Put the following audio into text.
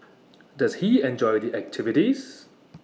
does he enjoy the activities